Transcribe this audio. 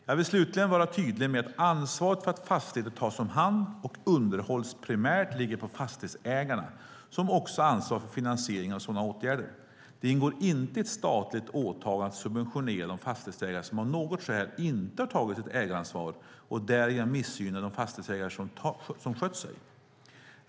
Jag vill slutligen vara tydlig med att ansvaret för att fastigheter tas om hand och underhålls primärt ligger på fastighetsägarna, som också ansvarar för finansieringen av sådana åtgärder. Det ingår inte i ett statligt åtagande att subventionera de fastighetsägare som av något skäl inte har tagit sitt ägaransvar och därigenom missgynna de fastighetsägare som skött sig.